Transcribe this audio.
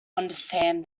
understand